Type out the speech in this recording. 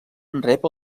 rep